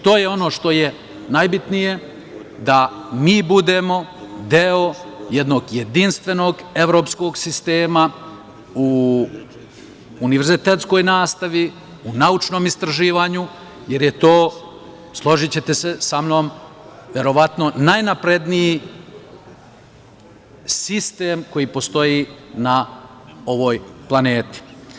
To je ono što je najbitnije, da mi budemo deo jednog jedinstvenog evropskog sistema u univerzitetskoj nastavi, u naučnom istraživanju, jer je to, složićete se sa mnom, verovatno najnapredniji sistem koji postoji na ovoj planeti.